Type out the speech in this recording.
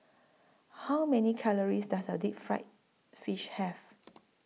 How Many Calories Does A Deep Fried Fish Have